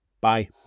Bye